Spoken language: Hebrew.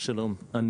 שלום,